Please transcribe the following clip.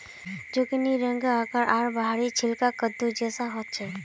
जुकिनीर रंग, आकार आर बाहरी छिलका कद्दू जैसा ह छे